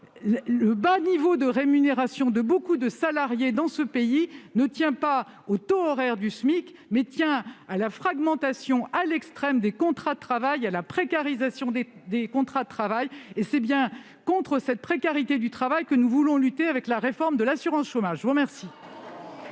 le bas niveau de rémunération de nombreux salariés de ce pays tient non pas au taux horaire du SMIC, mais à la fragmentation à l'extrême des contrats de travail, à la précarisation des contrats de travail. C'est bien contre cette précarité du travail que nous voulons lutter grâce à la réforme de l'assurance chômage. C'est raté